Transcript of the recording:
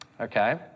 okay